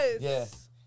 Yes